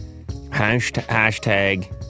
hashtag